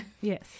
yes